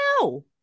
no